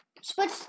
Switch